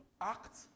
act